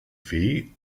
fee